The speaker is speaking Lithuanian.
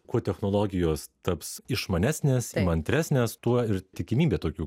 kuo technologijos taps išmanesnės įmantresnės tuo ir tikimybė tokių